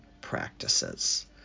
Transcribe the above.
practices